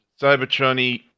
Cybertron-y